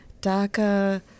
DACA